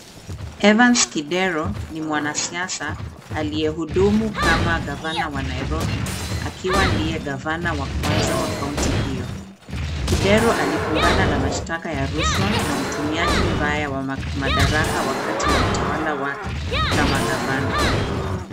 Evans kidero ni mwanasiasa aliyehudu kama Gavana wa Nairobi akiwa ndiye gavana wa kwanza wa kaunti hiyo. Kidero alikumbana na mashtaka ya rushwa na utumiaji mbaya wa madaraka wakati wa utawala wake kama gavana.